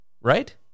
right